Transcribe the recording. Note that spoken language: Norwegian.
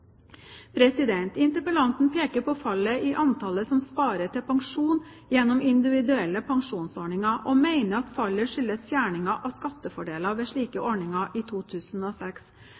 Interpellanten peker på fallet i antallet som sparer til pensjon gjennom individuelle pensjonsordninger, og mener at fallet skyldes fjerningen av skattefordelen ved slike ordninger i 2006.